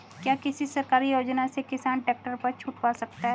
क्या किसी सरकारी योजना से किसान ट्रैक्टर पर छूट पा सकता है?